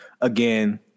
again